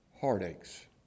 heartaches